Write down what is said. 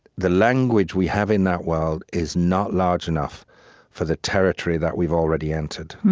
the language we have in that world is not large enough for the territory that we've already entered.